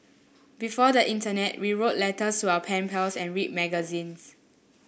before the internet we wrote letters to our pen pals and read magazines